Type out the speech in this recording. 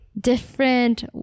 different